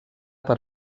per